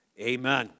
Amen